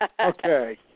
Okay